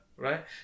Right